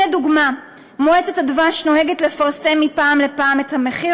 הנה דוגמה: מועצת הדבש נוהגת לפרסם מפעם לפעם את המחיר